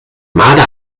marder